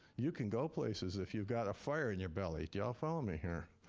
you can go places if you've got a fire in your belly. do you all follow me here?